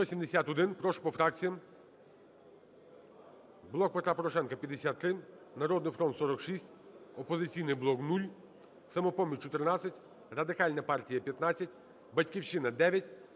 За-171 Прошу по фракціях. "Блок Петра Порошенка" – 53, "Народний фронт" – 46, "Опозиційний блок" – 0, "Самопоміч" – 14, Радикальна партія – 15, "Батьківщина" – 9,